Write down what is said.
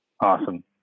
awesome